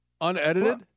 Unedited